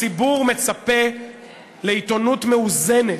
הציבור מצפה לעיתונות מאוזנת.